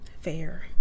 Fair